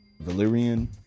valyrian